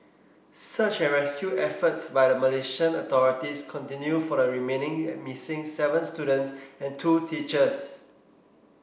search and rescue efforts by the Malaysian authorities continue for the remaining missing seven students and two teachers